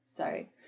Sorry